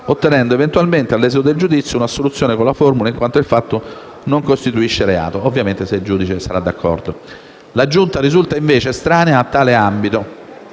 ottenendo eventualmente, all'esito del giudizio, un'assoluzione con la formula "in quanto il fatto non costituisce reato", ovviamente se il giudice è d'accordo. La Giunta risulta invece estranea a tale ambito